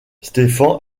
stefan